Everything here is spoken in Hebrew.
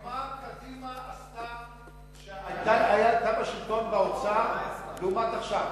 מה קדימה עשתה באוצר כשהיתה בשלטון לעומת עכשיו?